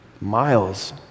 miles